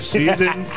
season